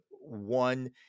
one